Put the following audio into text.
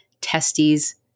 testes